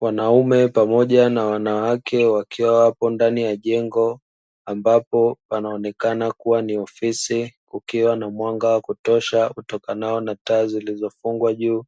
Wanaume pamoja na wanawake wakiwa wapo ndani ya jengo ambapo panaonekana kuwa ni ofisi, kukiwa na mwanga wa kutosha utokanao na taa zilizofungwa juu,